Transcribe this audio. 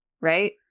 right